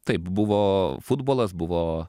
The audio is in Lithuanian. taip buvo futbolas buvo